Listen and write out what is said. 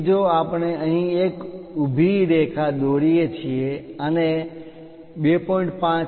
તેથી જો આપણે અહીં એક ઊભી રેખા દોરીએ છીએ અને 2